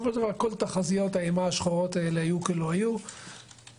הר הבית מושפע מכל מיני איומים כאלה ואחרים שמשתנים בהתאם לתקופות,